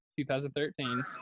2013